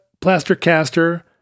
Plastercaster